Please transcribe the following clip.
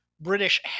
British